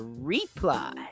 reply